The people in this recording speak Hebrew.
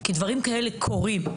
כי דברים כאלה קורים.